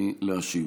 להשיב.